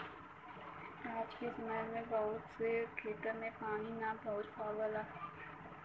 आज के समय में बहुत से खेतन में पानी ना पहुंच पावला